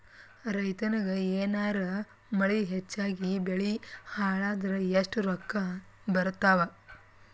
ರೈತನಿಗ ಏನಾರ ಮಳಿ ಹೆಚ್ಚಾಗಿಬೆಳಿ ಹಾಳಾದರ ಎಷ್ಟುರೊಕ್ಕಾ ಬರತ್ತಾವ?